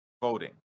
voting